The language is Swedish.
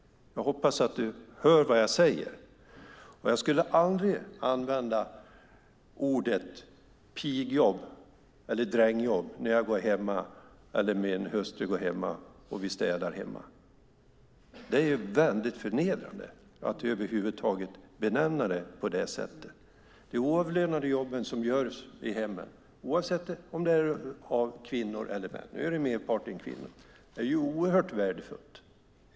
Jag hoppas att du hör vad jag säger. Jag skulle aldrig använda orden "pigjobb" eller "drängjobb" när jag eller min hustru går hemma och städar. Det är väldigt förnedrande att över huvud taget benämna det på det sättet. De oavlönade jobb som görs i hemmen, oavsett om de görs av kvinnor eller män - nu är merparten kvinnor - är oerhört värdefulla.